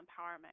Empowerment